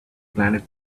planet